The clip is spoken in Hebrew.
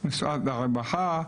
משרד הרווחה,